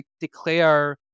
declare